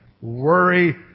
worry